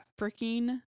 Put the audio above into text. freaking